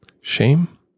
Shame